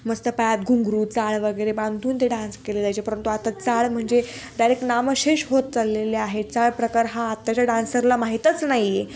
मस्त पायात घुंंगरू चाळ वगैरे बांधून ते डान्स केले जायचे परंतु आता चाळ म्हणजे डायरेक्ट नामशेष होत चाललेले आहे चाळ प्रकार हा आत्ताच्या डान्सरला माहीतच नाही आहे